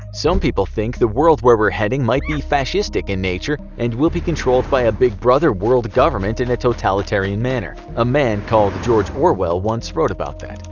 some people think the world where we are heading might be fascistic in nature and we will be controlled by a big brother world government in a totalitarian manner. a man called george orwell once wrote about that.